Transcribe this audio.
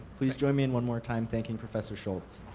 please join me in one more time thanking professor schultz.